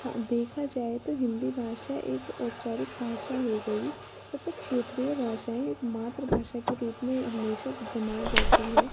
हाँ देखा जाए तो हिंदी भाषा एक औपचारिक भाषा हो गई तथा क्षेत्रीय भाषा एक मात्र भाषा के रूप में हमेशा विद्यमान रहती है